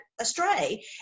astray